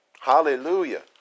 Hallelujah